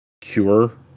cure